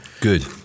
Good